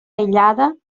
aïllada